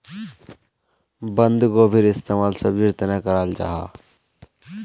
बन्द्गोभीर इस्तेमाल सब्जिर तने कराल जाहा